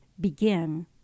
begin